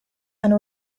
and